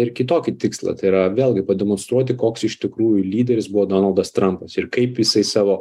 ir kitokį tikslą tai yra vėlgi pademonstruoti koks iš tikrųjų lyderis buvo donaldas trampas ir kaip jisai savo